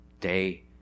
day